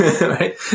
right